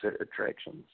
attractions